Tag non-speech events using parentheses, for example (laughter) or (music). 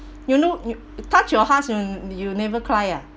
(breath) you know you touch your hearts and you never cry ah